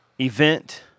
event